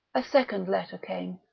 a second letter came,